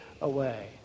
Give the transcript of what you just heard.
away